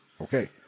Okay